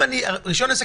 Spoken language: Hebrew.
רישיון עסק,